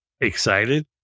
excited